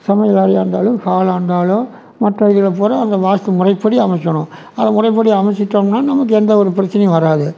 சமையலறையாக இருந்தாலும் ஹாலாக இருந்தாலும் மற்ற இதில் பூரா அந்த வாஸ்து முறைப்படி அமைக்கணும் அதை முறைப்படி அமைச்சுட்டோம்னா நமக்கு எந்த ஒரு பிரச்சினையும் வராது